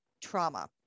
trauma